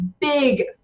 big